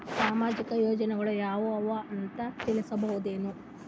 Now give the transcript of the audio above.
ಸಾಮಾಜಿಕ ಯೋಜನೆಗಳು ಯಾವ ಅವ ಅಂತ ತಿಳಸಬಹುದೇನು?